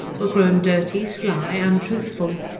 were grown dirty, sly, untruthful.